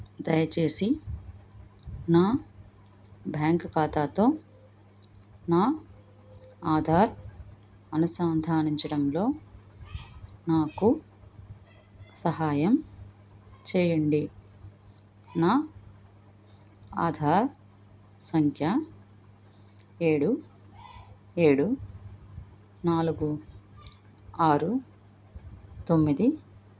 దయచేసి నా బ్యాంకు ఖాతాతో నా ఆధార్ అనుసంధానించడంలో నాకు సహాయం చేయండి నా ఆధార్ సంఖ్య ఏడు ఏడు నాలుగు ఆరు తొమ్మిది